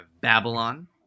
Babylon